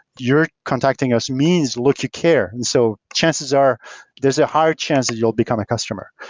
you're contacting us means, look, you care. and so chances are there's a higher chance that you will become a customer.